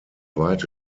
weite